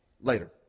Later